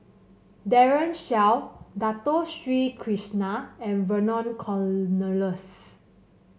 Daren Shiau Dato Sri Krishna and Vernon Cornelius